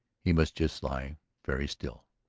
he must just lie very still.